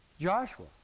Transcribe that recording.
Joshua